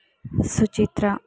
Suchitra